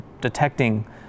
detecting